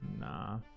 Nah